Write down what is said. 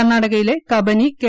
കർണ്ണാടകയിലെ കബനി കെ